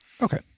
Okay